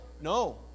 no